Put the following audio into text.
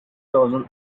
thousand